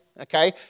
Okay